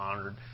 honored